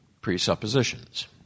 presuppositions